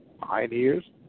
Pioneers